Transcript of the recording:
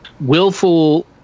willful